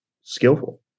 skillful